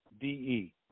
D-E